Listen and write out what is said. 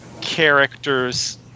characters